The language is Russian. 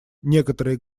некоторые